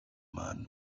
man